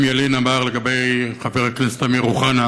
ילין אמר לגבי חבר הכנסת אמיר אוחנה,